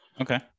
Okay